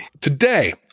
Today